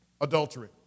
adultery